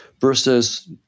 versus